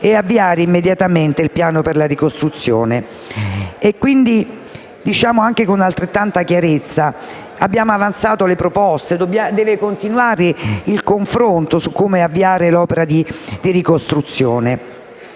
e avviare immediatamente il piano per la ricostruzione. Con altrettanta chiarezza abbiamo avanzato le nostre proposte: deve continuare il confronto su come avviare l'opera di ricostruzione.